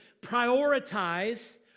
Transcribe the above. prioritize